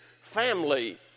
family